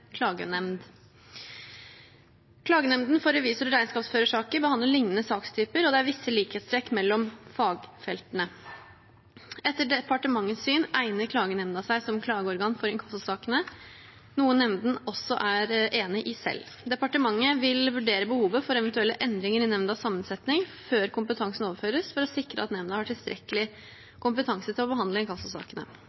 Klagenemnden for revisor- og regnskapsførersaker behandler lignende sakstyper, og det er visse likhetstrekk mellom fagfeltene. Etter departementets syn egner klagenemden seg som klageorgan for inkassosakene, noe nemnden også er enig i selv. Departementet vil vurdere behovet for eventuelle endringer i nemndens sammensetning før kompetansen overføres, for å sikre at nemnden har tilstrekkelig